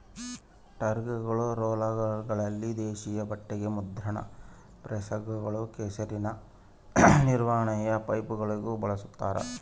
ಟೈರ್ಗಳು ರೋಲರ್ಗಳಲ್ಲಿ ದೇಶೀಯ ಬಟ್ಟೆಗ ಮುದ್ರಣ ಪ್ರೆಸ್ಗಳು ಕೆಸರಿನ ನಿರ್ವಹಣೆಯ ಪೈಪ್ಗಳಿಗೂ ಬಳಸ್ತಾರ